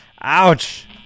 Ouch